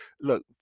Look